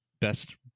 best